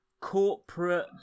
corporate